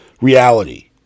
reality